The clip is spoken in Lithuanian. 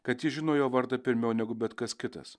kad jis žino jo vardą pirmiau negu bet kas kitas